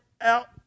out